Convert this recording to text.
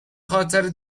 خاطره